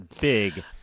Big